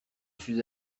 suis